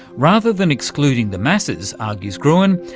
rather than excluding the masses, argues gruen,